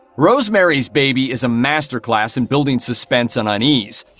rosemary's baby is a masterclass in building suspense and unease.